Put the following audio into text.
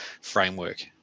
framework